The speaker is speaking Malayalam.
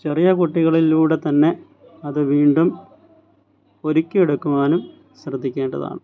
ചെറിയ കുട്ടികളിലൂടെത്തന്നെ അത് വീണ്ടും ഒരിക്കിയെടുക്കുവാനും ശ്രദ്ധിക്കേണ്ടതാണ്